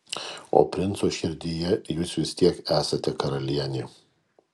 o princo širdyje jūs vis tiek esate karalienė